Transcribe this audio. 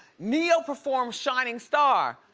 ne-yo performed shining star.